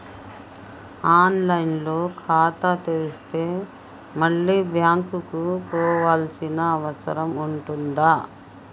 On line లో ఖాతా తెరిస్తే మళ్ళీ బ్యాంకుకు పోవాల్సిన అవసరం ఉంటుందా?